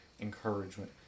encouragement